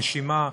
נשימה,